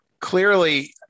clearly